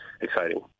exciting